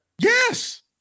Yes